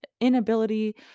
inability